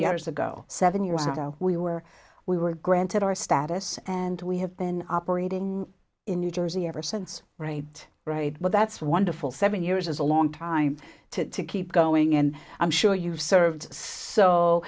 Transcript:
years ago seven years ago we were we were granted our status and we have been operating in new jersey ever since right right well that's wonderful seven years is a long time to keep going and i'm sure you've served so